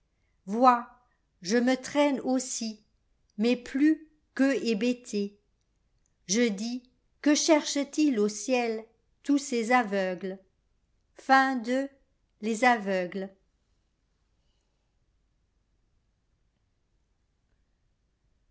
vois je me traîne aussi mais plus qu'eux hébété je dis que cherchent ils au ciel tous ces aveugles